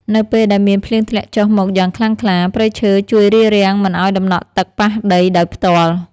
នៅពេលដែលមានភ្លៀងធ្លាក់ចុះមកយ៉ាងខ្លាំងខ្លា ព្រៃឈើជួយរារាំងមិនឱ្យដំណក់ទឹកប៉ះដីដោយផ្ទាល់។